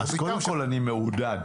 אז קודם כול, אני מעודד.